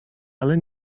ale